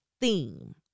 theme